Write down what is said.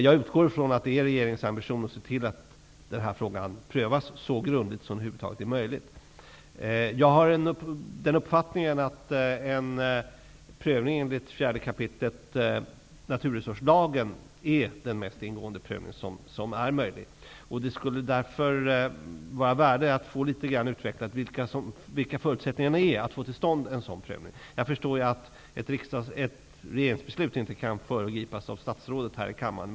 Jag utgår från att det är regeringens ambition att se till att den här frågan prövas så grundligt som det över huvud taget är möjligt. Jag har uppfattningen att en prövning enligt 4 kap. naturresurslagen är den mest ingående prövning som är möjlig. Det skulle därför vara av värde om statsrådet litet grand utvecklade vilka förutsättningarna är för att få till stånd en sådan prövning. Jag förstår att ett regeringsbeslut inte kan föregripas av statsrådet här i kammaren.